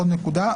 עוד נקודה,